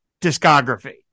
discography